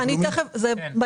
אני תכף אגע בזה.